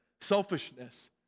Selfishness